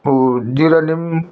ऊ जिरेनियम